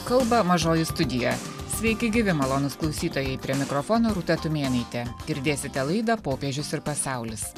kalba mažoji studija sveiki gyvi malonūs klausytojai prie mikrofono rūta tumėnaitė girdėsite laidą popiežius ir pasaulis